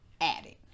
added